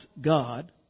God